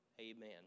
amen